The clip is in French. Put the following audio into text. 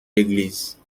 l’église